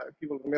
people